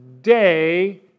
day